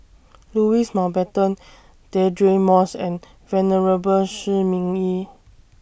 Louis Mountbatten Deirdre Moss and Venerable Shi Ming Yi